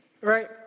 right